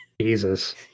jesus